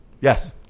Yes